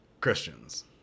Christians